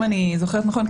אם אני זוכרת נכון,